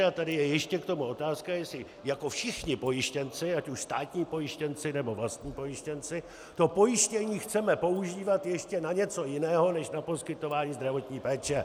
A tady je ještě k tomu otázka, jestli jako všichni pojištěnci, ať už státní pojištěnci, nebo vlastní pojištěnci, to pojištění chceme používat ještě na něco jiného než na poskytování zdravotní péče.